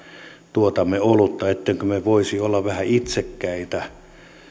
tuotamme olutta niin emmekö me voisi olla vähän itsekkäitä